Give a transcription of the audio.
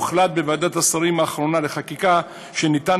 הוחלט בישיבה האחרונה של ועדת השרים לחקיקה שאפשר